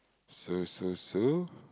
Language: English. so so so